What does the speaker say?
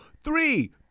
three